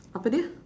apa duh